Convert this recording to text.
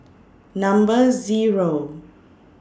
Number Zero